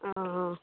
हॅं हॅं